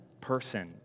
person